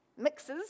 mixes